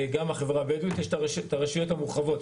יש את הרשויות המורחבות.